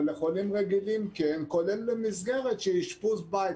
אבל חולים רגילים כן, כולל למסגרת של אשפוז בית.